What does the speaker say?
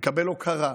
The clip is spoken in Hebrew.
לקבל הוקרה,